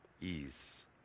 ease